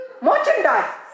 merchandise